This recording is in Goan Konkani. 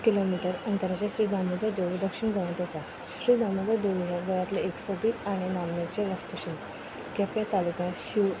किलोमिटर अंतराचेर श्री दामोदर देवूळ दक्षीण गोंयांत आसा श्री दामोदर देवूळ गोंयांतलें एक सोबीत आनी नामनेचें वास्तूशिल्प केंपे तालुक्या शिव